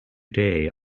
day